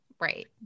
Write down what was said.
Right